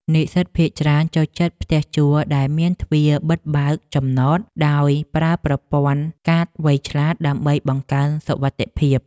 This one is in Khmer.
និស្សិតភាគច្រើនចូលចិត្តផ្ទះជួលដែលមានទ្វារបិទបើកចំណតដោយប្រើប្រព័ន្ធកាតវៃឆ្លាតដើម្បីបង្កើនសុវត្ថិភាព។